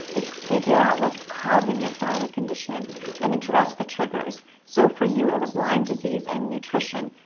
is figure out what's causing your thyroid condition and address the triggers. so, for you it was lyme disease and nutrition.